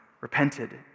repented